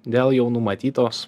dėl jau numatytos